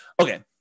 Okay